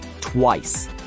twice